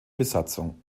besatzung